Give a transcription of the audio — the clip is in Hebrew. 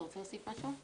אתה רוצה להוסיף משהו?